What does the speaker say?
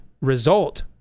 result